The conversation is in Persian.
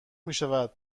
میشود